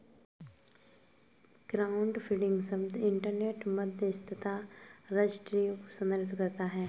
crowdfunding शब्द internet मध्यस्थता रजिस्ट्रियों को संदर्भित करता है